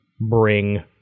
bring